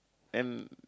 then